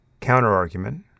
counter-argument